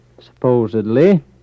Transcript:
supposedly